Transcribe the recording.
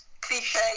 cliche